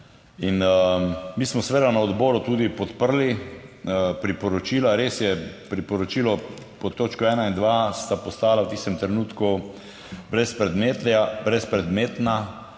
in mi smo seveda na odboru tudi podprli priporočila, res je, priporočilo pod točko ena in dva sta postala v tistem trenutku brezpredmetna.